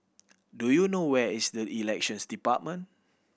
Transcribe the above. do you know where is Elections Department